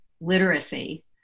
literacy